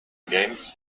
games